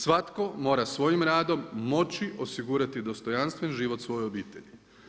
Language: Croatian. Svatko mora svojim radom moći osigurati dostojanstven život svojoj obitelji.